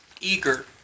eager